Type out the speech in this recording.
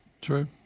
True